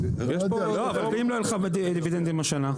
אם לא יהיה לך דיבידנדים השנה?